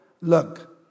Look